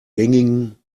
gängigen